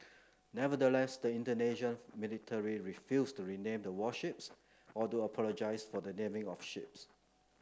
nevertheless the Indonesian military refused to rename the warships or to apologise for the naming of ships